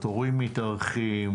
התורים מתארכים,